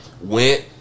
went